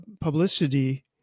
publicity